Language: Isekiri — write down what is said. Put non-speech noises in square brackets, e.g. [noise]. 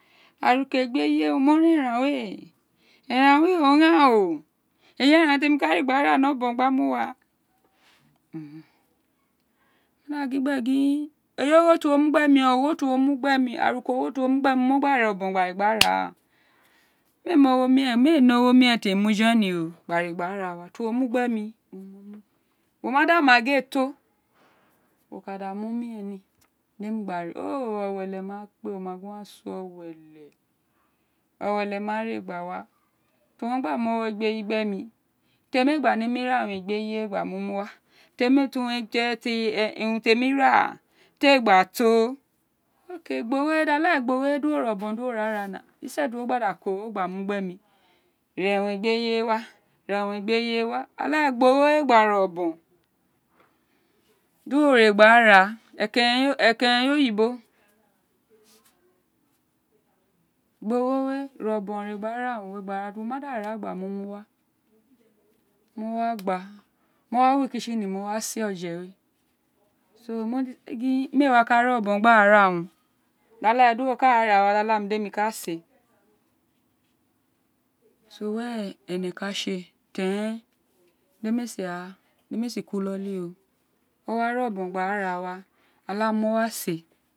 Araka o gbe yi we owen mo ra eran wéè fran we ghan eyl eyi eran to moka de gha bara round up obion gba wa mu gba gm gbe irobon gin ey, ogho tr owo mughens araka agho er uwo mugbear on mu gba gba ir obubene aba ne gba na reas of mr ene ogho omiren tí mo mu ní [unintelligible] gbare gaa na wa ti uwo mu bemr ewun mo lóò wo̱ ma da ma gin éè to [hesitation] wó ka da mí omiren ne dr emi gba re of quale ma kpéè oma gin õ wa so owélè owélè m̃a re gba wa ti o gba mi ogho eju wé yí q be̱ mi te mi éè ne mí ran urun ent eyi we mu wa temi [unintelligible] urun te mi ra bi éè gba to [unintelligible] gba ogho okre gbi oghó we dì uwo ren óbò gba ra [unintelligible] ka ogho mu gbe mi ra urun éè gbi eyí wa okre gbi ogho we gba rí obon dí uwo ne gba raa ekeren eye oyi bo [noise] gbí ogho we di uno re obon gba ra unrn wé wa wó ma da ra gba wa mó wa gba wo wa wo [unintelligible] mó wa se oje we [unintelligible] éè wa re obon gba ka ra umn dí okre dí wo ka ra ra wa dí ola mì ka se were ene ka tsi éè di éè sí ku wí kou ro o wa rẹ obon gba wa olami ma se.